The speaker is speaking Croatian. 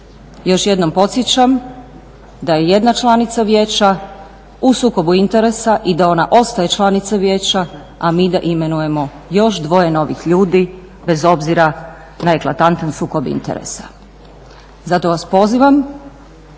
Još jednom podsjećam da je jedna članica vijeća u sukobu interesa i da ona ostaje članica vijeća a mi da imenujemo još dvoje novih ljudi bez obzira na eklatantan sukob interesa. Zato vas pozivam